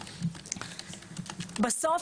בסוף,